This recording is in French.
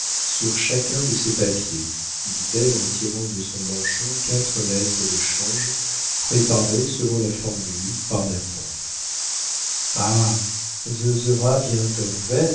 sur chacun de ces papiers dit-elle en tirant de son manchon quatre lettres de change préparées selon la formule par nathan hâ ze